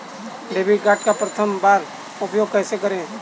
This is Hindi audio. डेबिट कार्ड का प्रथम बार उपयोग कैसे करेंगे?